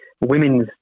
Women's